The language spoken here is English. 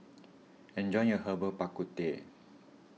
enjoy your Herbal Bak Ku Teh